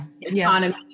economy